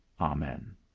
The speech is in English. Amen